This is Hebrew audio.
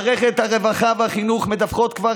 מערכות הרווחה והחינוך מדווחות כבר